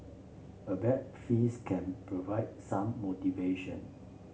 a bag fees can provide some motivation